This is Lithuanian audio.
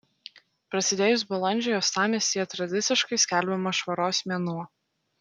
prasidėjus balandžiui uostamiestyje tradiciškai skelbiamas švaros mėnuo